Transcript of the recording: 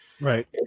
Right